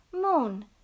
Moon